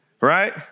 right